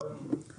לא.